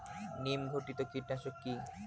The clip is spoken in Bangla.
নিম ঘটিত কীটনাশক কি?